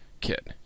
kit